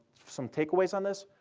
some takeaways on this.